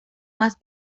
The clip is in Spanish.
más